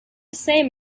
same